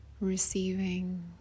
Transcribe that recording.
receiving